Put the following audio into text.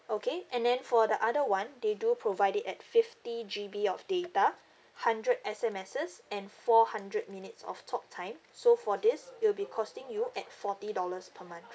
okay and then for the other one they do provide it at fifty G_B of data hundred S_M_S and four hundred minutes of talk time so for this it'll be costing you at forty dollars per month